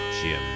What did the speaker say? Jim